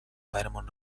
برمان